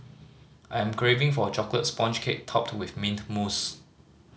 I am craving for a chocolate sponge cake topped with mint mousse